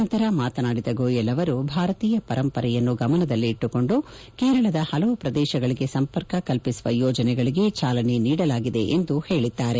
ನಂತರ ಮಾತನಾಡಿದ ಗೋಯಲ್ ಅವರು ಭಾರತೀಯ ಪರಂಪರೆಯನ್ನು ಗಮನದಲ್ಲಿಟ್ಟುಕೊಂಡು ಕೇರಳದ ಹಲವು ಪ್ರದೇಶಗಳಿಗೆ ಸಂಪರ್ಕ ಕಲ್ಪಿಸುವ ಯೋಜನೆಗಳಿಗೆ ಚಾಲನೆ ನೀಡಲಾಗಿದೆ ಎಂದು ಹೇಳಿದ್ದಾರೆ